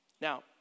Now